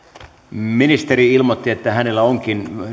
ministeri ilmoitti että hänellä onkin